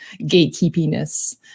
gatekeepiness